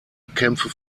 kämpfe